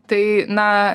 tai na